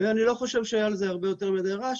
אני לא חושב שהיה על זה הרבה יותר מידי רעש,